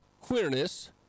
queerness